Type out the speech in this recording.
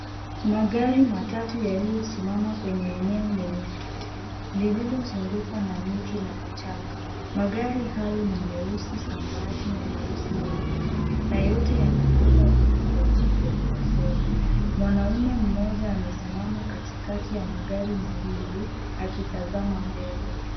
Magari matatu yaliyosimama kwenye eneo lenye nyasi lililozungukwa na miti na vichaka. Magari hayo ni nyeusi, samawati na nyeusi nyingine na yote yana namba za usajili za Kenya. Mwanaume mmoja amesimama katikati ya magari mawili akitazama mbele.